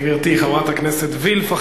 גברתי, חברת הכנסת וילף.